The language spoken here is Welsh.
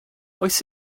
oes